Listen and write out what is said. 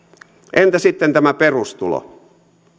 entä sitten tämä perustulo